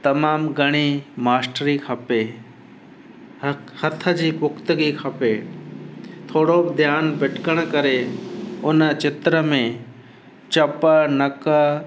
तमामु घणी मास्तरी खपे ह हथ जी पुख़्तगी खपे थोरो ध्यानु भिटिकण करे उन चित्र में चप नक